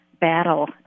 battle